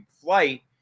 flight